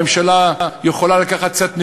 הממשלה יכולה לקחת קצת נשימה,